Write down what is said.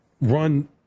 run